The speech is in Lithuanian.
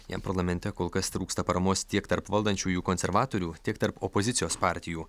jam parlamente kol kas trūksta paramos tiek tarp valdančiųjų konservatorių tiek tarp opozicijos partijų